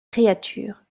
créatures